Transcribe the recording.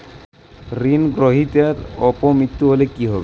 ঋণ গ্রহীতার অপ মৃত্যু হলে কি হবে?